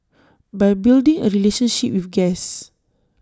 by building A relationship with guests